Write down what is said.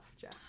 Jeff